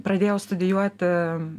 pradėjau studijuoti